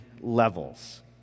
levels